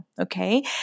okay